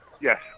Yes